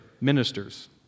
ministers